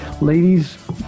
Ladies